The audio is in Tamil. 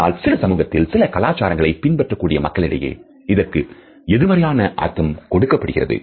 ஆனால் சில சமூகத்தில் சில கலாச்சாரங்களை பின்பற்றக்கூடிய மக்களிடையே இதற்கு எதிர்மறையான அர்த்தம் கொடுக்கப்படுகிறது